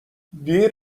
دیر